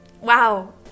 Wow